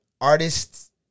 artists